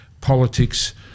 politics